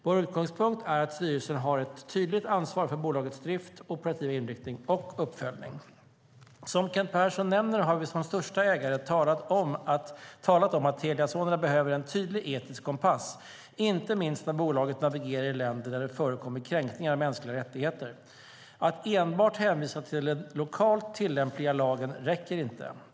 Vår utgångspunkt är att styrelsen har ett tydligt ansvar för bolagets drift, operativa inriktning och uppföljning. Som Kent Persson nämner har vi som största ägare talat om att Telia Sonera behöver en tydlig etisk kompass, inte minst när bolaget navigerar i länder där det förekommer kränkningar av mänskliga rättigheter. Att enbart hänvisa till den lokalt tillämpliga lagen räcker inte.